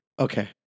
Okay